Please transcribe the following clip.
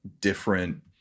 different